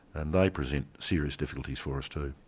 and they present serious difficulties for us too.